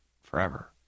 forever